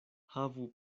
havu